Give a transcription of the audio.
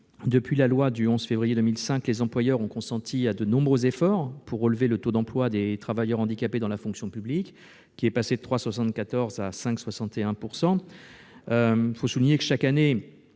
Depuis la loi du 11 février 2005, les employeurs ont consenti de nombreux efforts pour relever le taux d'emploi des travailleurs handicapés dans la fonction publique, qui est passé de 3,74 % à 5,61 %. Il faut souligner que, chaque année,